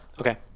Okay